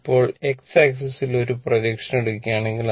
ഇപ്പോൾ x ആക്സിസിൽ ഒരു പ്രൊജക്ഷൻ എടുക്കുകയാണെങ്കിൽ